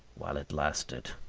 while it lasted.